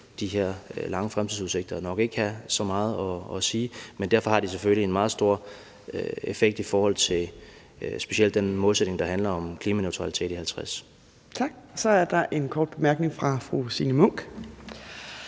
meget lange fremtidsudsigter nok ikke have så meget at sige, men derfor har de selvfølgelig en meget stor effekt i forhold til specielt den målsætning, der handler om klimaneutralitet i 2050. Kl. 10:12 Fjerde næstformand (Trine Torp):